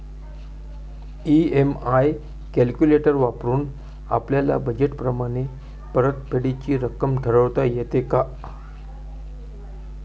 EMI calculator वापरून आपापल्या budget प्रमाणे परतफेडीची रक्कम ठरवता येते का?